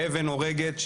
שאבן הורגת,